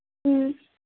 ꯎꯝ